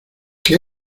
qué